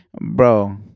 bro